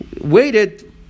waited